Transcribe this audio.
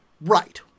Right